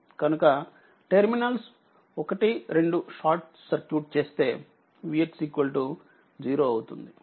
కనుకటెర్మినల్స్12షార్ట్సర్క్యూట్చేస్తే Vx 0 అవుతుంది